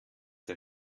der